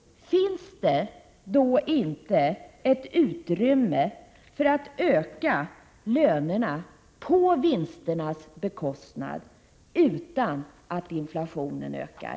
Finns det då inte ett utrymme för att öka lönerna på vinsternas bekostnad utan att inflationen ökar?